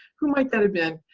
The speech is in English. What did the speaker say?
who might that have been?